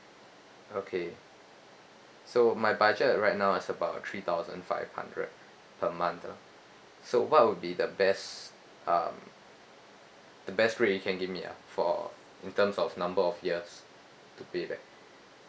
okay so my budget right now is about three thousand five hundred per month lah so what would be the best um the best rate you can give me ah for in terms of number of years to pay back